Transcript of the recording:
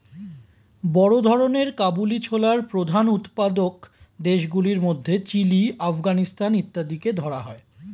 বড় ধরনের কাবুলি ছোলার প্রধান উৎপাদক দেশগুলির মধ্যে চিলি, আফগানিস্তান ইত্যাদিকে ধরা হয়